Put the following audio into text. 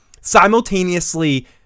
Simultaneously